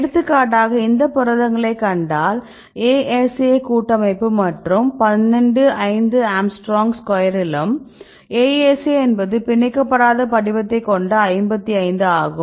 எடுத்துக்காட்டாக இந்த புரதங்களை கண்டால் ASA கூட்டமைப்பு மற்றும் 12 5ஆங்ஸ்ட்ரோம் ஸ்கொயரிலும் ASA என்பது பிணைக்கபடாத படிவத்தை கொண்ட 55 ஆகும்